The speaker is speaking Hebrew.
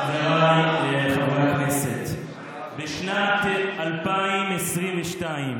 חבריי חברי הכנסת, בשנת 2022,